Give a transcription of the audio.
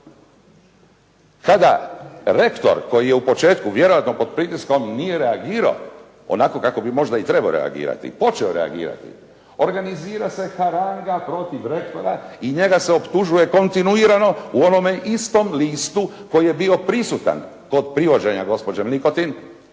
Kada rektor koji je u početku, vjerojatno pod pritiskom nije reagirao onako kako bi možda i trebao reagirati, počeo reagirati, organizira se … protiv rektora i njega se optužuje kontinuirano u onome istom listu koji je bio prisutan kod privođenja gospođe Mlikotin,